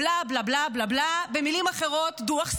בלה בלה בלה, במילים אחרות דוח שגב.